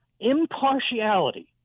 impartiality